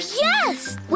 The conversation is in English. yes